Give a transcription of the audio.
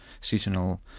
seasonal